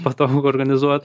patogu organizuot